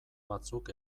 batzuk